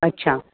अच्छा